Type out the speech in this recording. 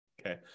okay